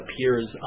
appears